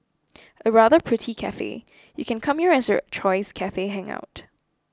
a rather pretty cafe you can come here as your choice cafe hangout